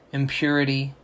impurity